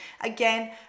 Again